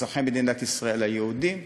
אזרחי מדינת ישראל היהודים,